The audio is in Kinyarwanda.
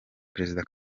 perezida